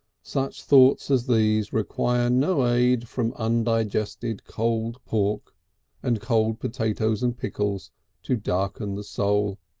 such thoughts as these require no aid from undigested cold pork and cold potatoes and pickles to darken the soul,